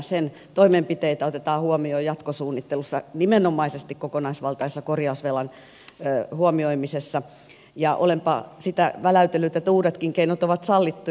sen toimenpiteitä otetaan huomioon jatkosuunnittelussa nimenomaisesti kokonaisvaltaisessa korjausvelan huomioimisessa ja olenpa sitä väläytellyt että uudetkin keinot ovat sallittuja